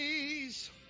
days